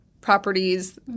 properties